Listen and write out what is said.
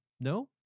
no